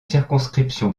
circonscriptions